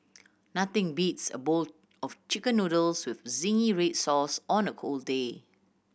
nothing beats a bowl of Chicken Noodles with zingy red sauce on a cold day